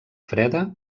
freda